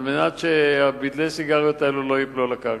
על מנת שבדלי הסיגריות האלה לא ייפלו על הקרקע,